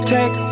Take